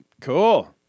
Cool